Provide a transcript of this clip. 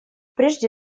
прежде